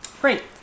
Great